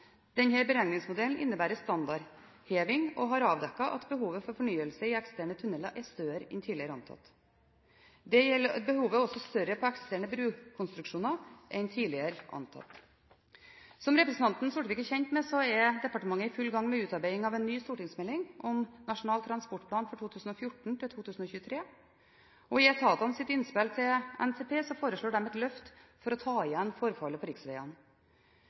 beregningsmodellen innebærer standardheving og har avdekket at behovet for fornyelse i eksisterende tunneler er større enn tidligere antatt. Behovet er også større på eksisterende brukonstruksjoner enn tidligere antatt. Som representanten Sortevik er kjent med, er departementet i full gang med utarbeiding av en ny stortingsmelding om Nasjonal transportplan for 2014–2023. I etatenes innspill til NTP foreslår de et løft for å ta igjen forfallet på riksveiene.